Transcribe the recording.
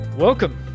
Welcome